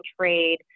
trade